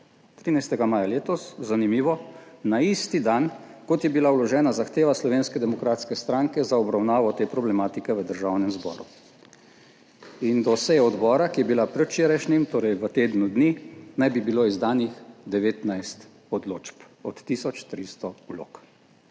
13. maja letos, zanimivo, na isti dan, kot je bila vložena zahteva Slovenske demokratske stranke za obravnavo te problematike v Državnem zboru. In do seje odbora, ki je bila predvčerajšnjim, torej v tednu dni naj bi bilo izdanih 19 odločb od tisoč 300 vlog.